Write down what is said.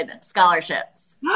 scholarships